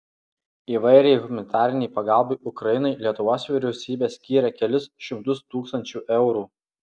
įvairiai humanitarinei pagalbai ukrainai lietuvos vyriausybė skyrė kelis šimtus tūkstančių eurų